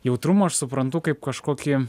jautrumą aš suprantu kaip kažkokį